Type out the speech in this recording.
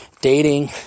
dating